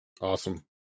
Awesome